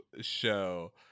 show